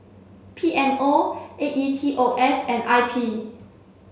P M O A E T O S and I P